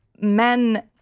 men